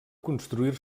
construir